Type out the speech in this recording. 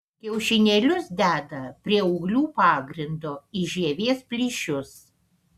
kiaušinėlius deda prie ūglių pagrindo į žievės plyšius